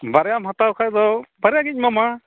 ᱵᱟᱨᱭᱟᱢ ᱦᱟᱛᱟᱣ ᱠᱷᱟᱡ ᱵᱟᱨᱭᱟᱜᱮᱧ ᱮᱢᱟᱢᱟ